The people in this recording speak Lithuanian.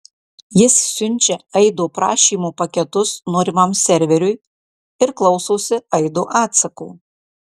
jis siunčia aido prašymo paketus norimam serveriui ir klausosi aido atsako